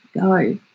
go